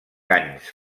anys